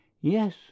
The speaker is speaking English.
yes